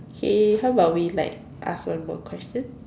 K how about we like ask one more question